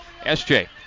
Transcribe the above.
SJ